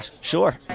sure